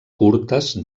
curtes